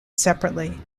separately